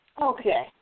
Okay